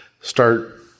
start